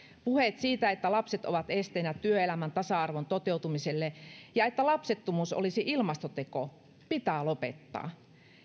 puheet siitä että lapset ovat esteenä työelämän tasa arvon toteutumiselle ja että lapsettomuus olisi ilmastoteko pitää lopettaa